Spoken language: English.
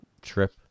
trip